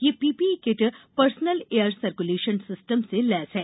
यह PPE kit personal air circulation system से लैस है